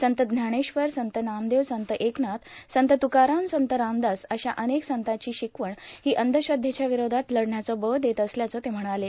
संत ज्ञानेश्वर संत नामदेव संत एकनाथ संत तुकाराम संत रामदास अशा अनेक संतांची शिकवण ही अंधश्रद्धेच्या विरोधात लढण्याचं बळ देत असल्याचं ते म्हणाले